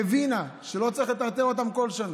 היא הבינה שלא צריך לטרטר אותם בכל שנה.